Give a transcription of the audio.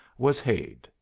was hade,